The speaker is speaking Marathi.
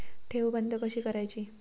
ठेव बंद कशी करायची?